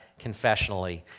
confessionally